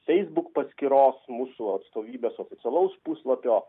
facebook paskyros mūsų atstovybės oficialaus puslapio